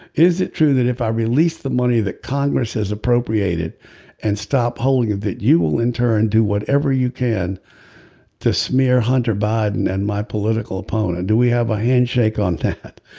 is it true that if i release the money that congress has appropriated and stop holding it that you will in turn do whatever you can to smear hunter biden and my political opponent. do we have a handshake on that.